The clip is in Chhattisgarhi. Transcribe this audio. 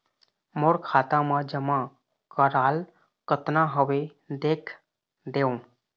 मोर खाता मा जमा कराल कतना हवे देख देव?